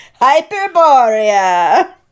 Hyperborea